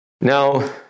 Now